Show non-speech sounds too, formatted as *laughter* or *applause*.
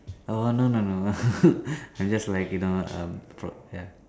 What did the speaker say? oh no no no *laughs* I'm just like you know um pro~ ya